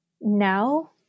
now